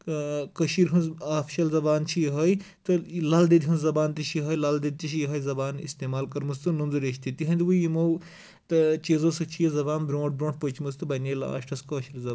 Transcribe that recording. کٔشیٖر ہٕنٛز آفشل زبان چھِ یِہے تہٕ لل دٮ۪د ہنٛز زبان تہِ چھِ یِہے لل دٮ۪د تہِ چھِ یہے زبان اِستعمال کٔرمٕژ تہٕ نندٕ ریش تہِ تِہندوٕے یمو چیٖزَو سۭتۍ چھِ یہِ زبان برۄنٛٹھ برونٛٹھ پٔچ مٕژ تہٕ بَنے لاسٹس کٲشِر زبان